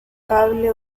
cable